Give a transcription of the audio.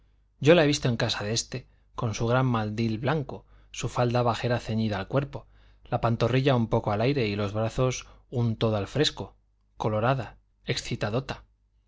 yo la he visto en casa de este con su gran mandil blanco su falda bajera ceñida al cuerpo la pantorrilla un poco al aire y los brazos un todo al fresco colorada excitadota